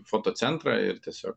foto centrą ir tiesiog